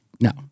no